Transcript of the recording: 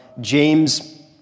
James